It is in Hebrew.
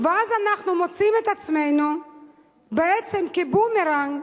ואז אנחנו מוצאים את עצמנו בעצם, כבומרנג,